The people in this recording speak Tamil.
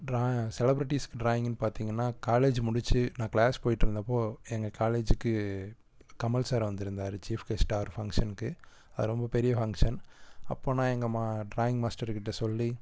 ட்ரா செலப்பிரிட்டீஸ்க்கு ட்ராயிங்ன்னு பார்த்திங்கன்னா காலேஜு முடிச்சு நான் க்ளாஸ் போய்கிட்ருந்தப்போ எங்கள் காலேஜுக்கு கமல் சார் வந்திருந்தாரு சீஃப் கெஸ்ட்டாக ஒரு ஃபங்க்ஷன்க்கு அது ரொம்ப பெரிய ஃபங்க்ஷன் அப்போது நான் எங்கள் மா ட்ராயிங் மாஸ்ட்டர்கிட்ட சொல்லி